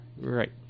Right